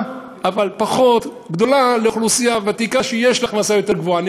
אבל גדולה פחות לאוכלוסייה הוותיקה שיש לה הכנסה גבוהה יותר.